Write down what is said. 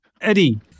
Eddie